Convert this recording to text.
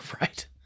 Right